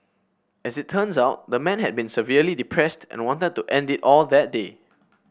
as it turns out the man had been severely depressed and wanted to end it all that day